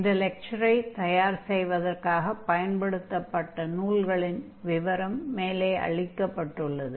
இந்த லெக்சரை தயார் செய்வதற்காகப் பயன்படுத்தப்பட்ட நூல்களின் விவரம் மேலே அளிக்கப்பட்டுள்ளது